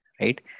right